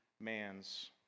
man's